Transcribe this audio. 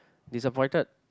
disappointed